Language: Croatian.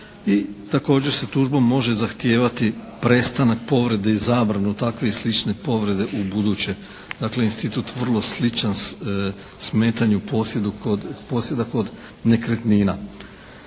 i također se tužbom može zahtijevati prestanak povrede i zabranu takve i slične povrede ubuduće. Dakle institut vrlo sličan smetanju posjedu kod, posjeda